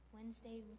Wednesday